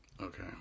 Okay